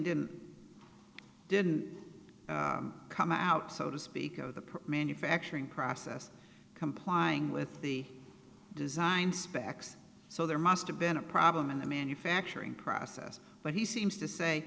didn't didn't come out so to speak of the manufacturing process complying with the design specs so there must have been a problem in the manufacturing process but he seems to say